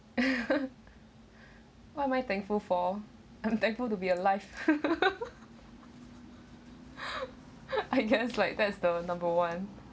well my thankful for I'm thankful to be alive I guess it's like that's the number one